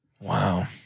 Wow